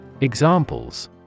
Examples